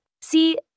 See